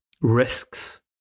risks